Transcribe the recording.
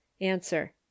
answer